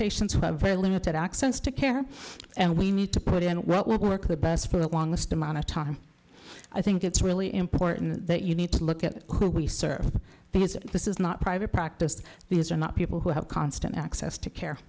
patients who have very limited access to care and we need to put in what work the best for the longest amount of time i think it's really important that you need to look at who we serve because this is not private practice these are not people who have constant access to care